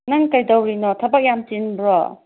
ꯅꯪ ꯀꯩꯗꯧꯔꯤꯅꯣ ꯊꯕꯛ ꯌꯥꯝ ꯆꯤꯟꯕ꯭ꯔꯣ